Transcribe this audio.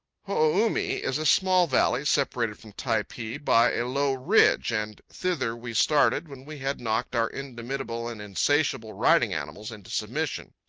ho-o-u-mi is a small valley, separated from typee by a low ridge, and thither we started when we had knocked our indomitable and insatiable riding-animals into submission.